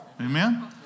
Amen